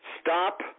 stop